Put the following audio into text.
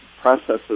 processes